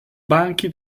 banchi